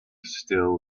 still